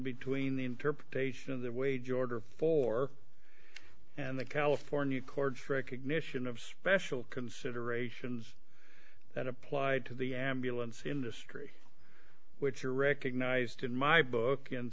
between the interpretation of the wage order for and the california courts recognition of special considerations that applied to the ambulance industry which are recognized in my book